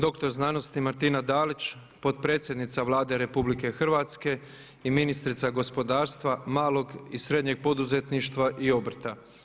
Doktor znanosti Martina Dalić, potpredsjednica Vlade Republike Hrvatske i ministrica gospodarstva, malog i srednjeg poduzetništva i obrta.